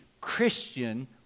Christian